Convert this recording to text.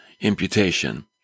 imputation